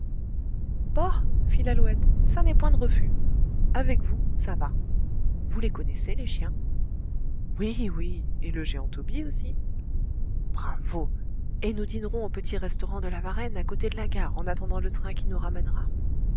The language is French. bah fit lalouette ça n'est point de refus avec vous ça va vous les connaissez les chiens oui oui et le géant tobie aussi bravo et nous dînerons au petit restaurant de la varenne à côté de la gare en attendant le train qui nous ramènera